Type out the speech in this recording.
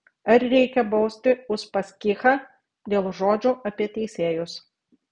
ar reikia bausti uspaskichą dėl žodžių apie teisėjus